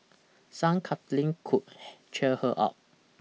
some cuddling could cheer her up